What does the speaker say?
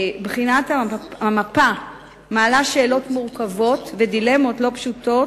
בחינת המפה מעלה שאלות מורכבות ודילמות לא פשוטות,